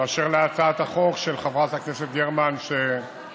באשר להצעת החוק של חברת הכנסת גרמן שהוגשה,